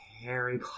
Harry